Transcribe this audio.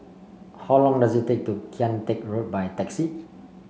how long does it take to Kian Teck Road by taxi